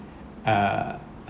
uh